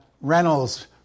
Reynolds